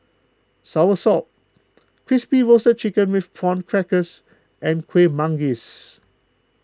Soursop Crispy Roasted Chicken with Prawn Crackers and Kuih Manggis